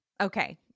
Okay